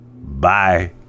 Bye